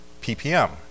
PPM